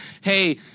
hey